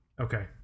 Okay